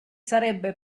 sarebbe